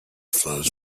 flows